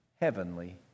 heavenly